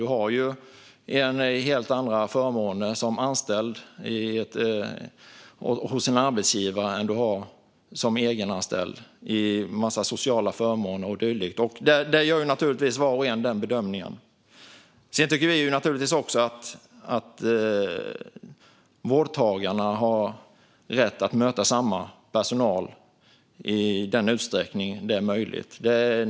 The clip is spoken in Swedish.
Du har ju helt andra förmåner som anställd hos en arbetsgivare än du har som egenanställd, en massa sociala förmåner och dylikt. Den bedömningen får alltså var och en göra. Vi tycker naturligtvis också att vårdtagarna har rätt att möta samma personal i den utsträckning det är möjligt.